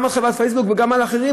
גם על חברת פייסבוק וגם על אחרים,